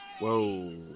Whoa